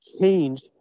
change